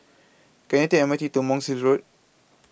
Can I Take M R T to Monk's Hill Road